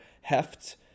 heft